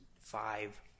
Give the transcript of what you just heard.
five